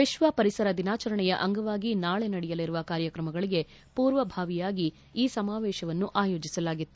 ವಿಶ್ವ ಪರಿಸರ ದಿನಾಚರಣೆಯ ಅಂಗವಾಗಿ ನಾಳೆ ನಡೆಯಲಿರುವ ಕಾರ್ಯಕ್ರಮಗಳಿಗೆ ಪೂರ್ವಾಭಾವಿಯಾಗಿ ಈ ಸಮಾವೇಶವನ್ನು ಆಯೋಜಿಸಲಾಗಿತ್ತು